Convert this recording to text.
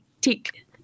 tick